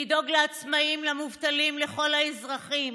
לדאוג לעצמאים, למובטלים, לכל האזרחים.